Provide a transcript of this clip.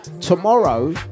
tomorrow